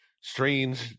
strange